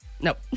Nope